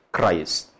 Christ